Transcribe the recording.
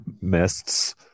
mists